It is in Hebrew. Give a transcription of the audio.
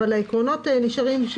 אבל העקרונות נשארים,